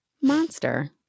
monster